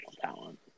talent